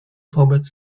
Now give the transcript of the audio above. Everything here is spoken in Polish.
wobec